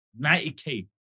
90k